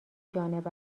جانب